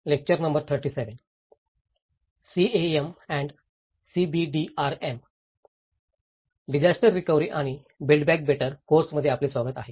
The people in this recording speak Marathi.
डिजास्टर रिकव्हरी आणि बिल्ड बॅक बेटर कोर्स मध्ये आपले स्वागत आहे